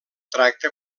tracta